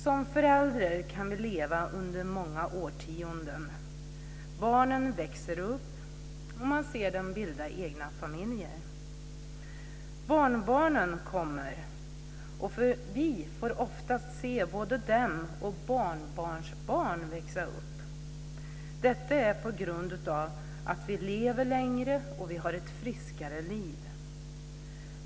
Man kan leva som förälder under många årtionden. Barnen växer upp, och man ser dem bilda egna familjer. Barnbarnen kommer. Vi får ofta se både dem och barnbarnsbarnen växa upp. Detta beror på att vi har ett friskare liv och lever längre.